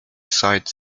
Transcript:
sight